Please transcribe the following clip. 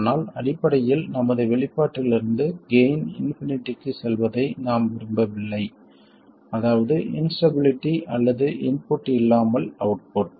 ஆனால் அடிப்படையில் நமது வெளிப்பாட்டிலிருந்து கெய்ன் இன்பினிட்டிக்கு செல்வதை நாம் விரும்பவில்லை அதாவது இன்ஸ்டபிளிட்டி அல்லது இன்புட் இல்லாமல் அவுட்புட்